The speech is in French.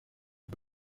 des